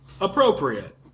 Appropriate